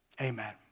Amen